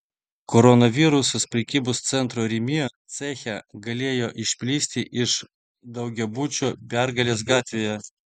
koronavirusas prekybos centro rimi ceche galėjo išplisti iš daugiabučio pergalės gatvėje